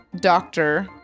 Doctor